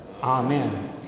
Amen